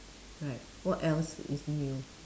right what else is new